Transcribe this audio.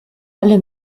alle